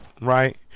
right